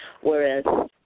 whereas